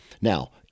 Now